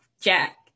Jack